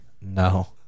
No